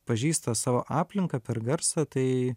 pažįsta savo aplinką per garsą tai